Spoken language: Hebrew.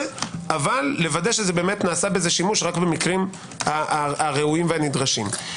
אבל לוודא שנעשה בזה שימוש רק במקרים הראויים והנדרשים.